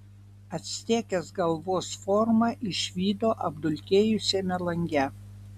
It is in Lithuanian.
actekės galvos formą išvydo apdulkėjusiame lange